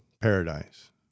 paradise